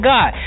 God